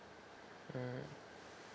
mm